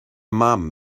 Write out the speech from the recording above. mam